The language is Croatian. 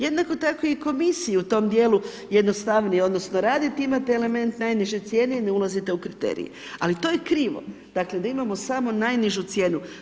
Jednako tako i komisiji u tom djelu jednostavnije je odnosno raditi, imate element najniže cijene i ne ulazite u kriterij ali to je krivo, dakle da imamo samo najnižu cijenu.